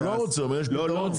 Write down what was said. הוא לא רוצה --- רוצה,